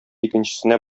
икенчесенә